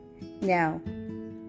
Now